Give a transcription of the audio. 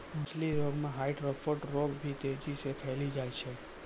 मछली रोग मे ह्वाइट स्फोट रोग भी तेजी से फैली जाय छै